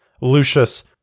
Lucius